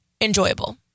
enjoyable